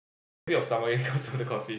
I having a bit of stomachache cause of the coffee